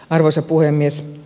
arvoisa puhemies